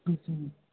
ಹ್ಞೂ ಹ್ಞೂ